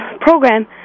program